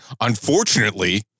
Unfortunately